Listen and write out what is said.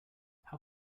how